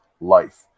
life